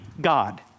God